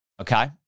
Okay